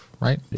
Right